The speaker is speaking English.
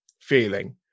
feeling